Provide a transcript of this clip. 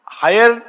higher